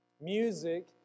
Music